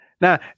Now